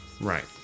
right